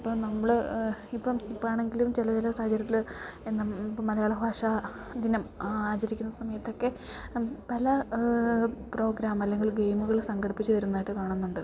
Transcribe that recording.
ഇപ്പം നമ്മൾ ഇപ്പം ഇപ്പം ആണെങ്കിലും ചില ചില സാഹചര്യത്തിൽ ഇപ്പം മലയാള ഭാഷ ദിനം ആചരിക്കുന്ന സമയത്തെക്കെ പല പ്രോഗ്രാം അല്ലെങ്കിൽ ഗേയ്മുകൾ സംഘടിപ്പച്ച് വരുന്നതായിട്ട് കാണുന്നുണ്ട്